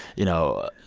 you know,